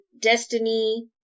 destiny